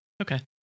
Okay